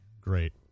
great